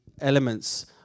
elements